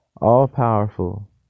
all-powerful